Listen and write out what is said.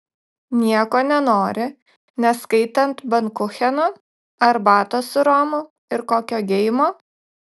nieko nenori neskaitant bankucheno arbatos su romu ir kokio geimo